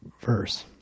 verse